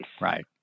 Right